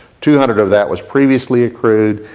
two hundred of that was previously accrued,